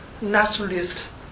nationalist